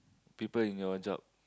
people in your job